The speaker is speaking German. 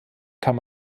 kam